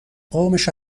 قومش